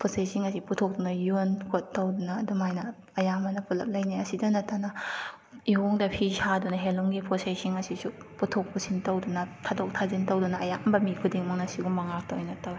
ꯄꯣꯠ ꯆꯩꯁꯤꯡ ꯑꯁꯤ ꯄꯨꯊꯣꯛꯇꯨꯅ ꯌꯣꯟ ꯈꯣꯠ ꯇꯧꯗꯅ ꯑꯗꯨꯃꯥꯏꯅ ꯑꯌꯥꯝꯕꯅ ꯄꯨꯂꯞ ꯂꯩꯅꯩ ꯑꯁꯤꯗ ꯅꯠꯇꯅ ꯏꯌꯣꯡꯗ ꯐꯤ ꯁꯥꯗꯅ ꯍꯦꯟꯂꯨꯝꯒꯤ ꯄꯣꯠ ꯆꯩꯁꯤꯡ ꯑꯁꯤꯁꯨ ꯄꯨꯊꯣꯛ ꯄꯨꯁꯤꯟ ꯇꯧꯗꯅ ꯊꯥꯗꯣꯛ ꯊꯥꯖꯤꯟ ꯇꯧꯗꯅ ꯑꯌꯥꯝꯕ ꯃꯤ ꯈꯨꯗꯤꯡꯃꯛꯅ ꯁꯤꯒꯨꯝꯕ ꯉꯥꯛꯇ ꯑꯣꯏꯅ ꯇꯧꯋꯦ